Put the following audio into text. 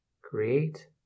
Create